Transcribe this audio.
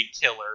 killer